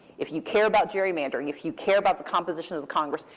if you care about gerrymandering, if you care about the composition of congress,